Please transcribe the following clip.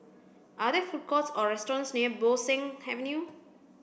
are there food courts or restaurants near Bo Seng Avenue